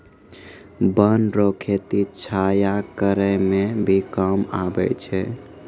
वन रो खेती छाया करै मे भी काम आबै छै